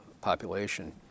population